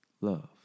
Love